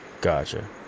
Gotcha